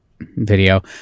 video